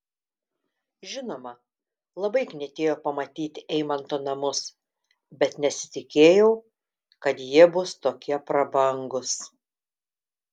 žinoma labai knietėjo pamatyti eimanto namus bet nesitikėjau kad jie bus tokie prabangūs